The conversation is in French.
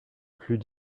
plus